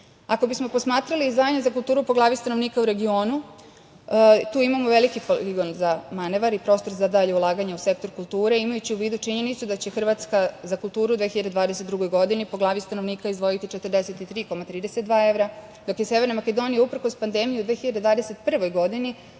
bismo posmatrali izdvajanja za kulturu po glavni stanovnika u regionu tu imamo veliki poligon za manevar i prostor za dalja ulaganja u sektor kulture imajući u vidu činjenicu da će Hrvatska za kulturu u 2022. godini po glavni stanovnika izdvojiti 43,32 evra, dok je Severna Makedonija uprkos pandemiji u 2021. godini